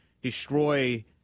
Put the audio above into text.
destroy